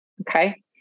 Okay